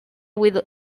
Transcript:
with